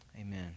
Amen